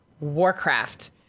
Warcraft